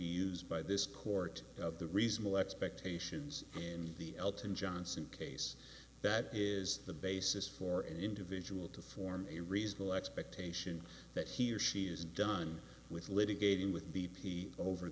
used by this court of the reasonable expectations in the elton johnson case that is the basis for an individual to form a reasonable expectation that he or she is done with litigating with b p over